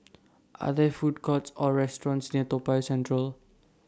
Are There Food Courts Or restaurants near Toa Payoh Central